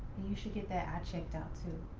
you should get that eye checked out too.